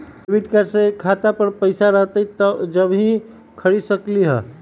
Debit card से खाता पर पैसा रहतई जब ही खरीद सकली ह?